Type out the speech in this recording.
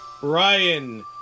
Ryan